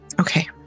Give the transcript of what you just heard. Okay